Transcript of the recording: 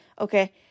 okay